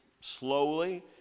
slowly